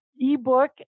ebook